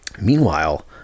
Meanwhile